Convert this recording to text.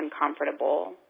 uncomfortable